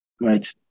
right